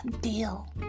deal